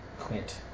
Quint